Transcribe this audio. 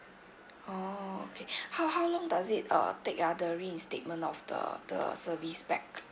oh okay how how long does it uh take ah the reinstatement of the the service back